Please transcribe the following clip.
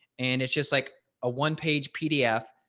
and it's just like a one page pdf.